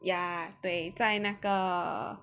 ya 对在那个